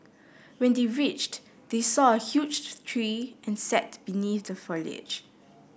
when they reached they saw a huge tree and sat beneath the foliage